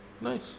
nice